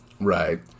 Right